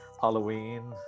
Halloween